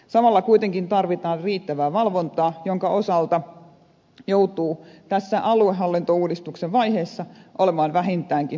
samalla kuitenkin tarvitaan riittävää valvontaa jonka osalta joutuu tässä aluehallintouudistuksen vaiheessa olemaan vähintäänkin huolissaan